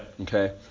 okay